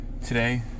Today